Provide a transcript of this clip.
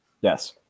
Yes